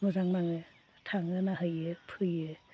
मोजां नाङो थाङो नायहैयो फैयो